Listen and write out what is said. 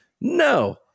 No